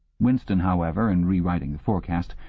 winston, however, in rewriting the forecast,